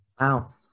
Wow